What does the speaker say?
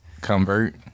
convert